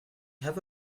have